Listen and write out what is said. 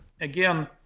again